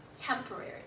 temporary